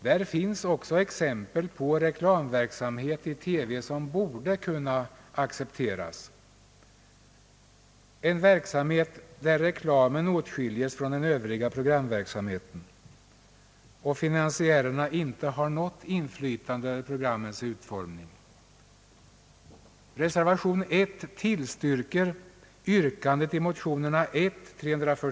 Där finns också exempel på reklamverksamhet i TV som borde kunna accepteras: en verksamhet där reklamen åtskiljes från den övriga programverksamheten och finansiärerna inte har något inflytande över programmens utformning.